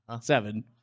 Seven